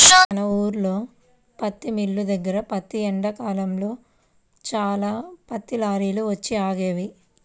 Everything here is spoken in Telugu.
మా ఊల్లో పత్తి మిల్లు దగ్గర ప్రతి ఎండాకాలంలో చాలా పత్తి లారీలు వచ్చి ఆగేవి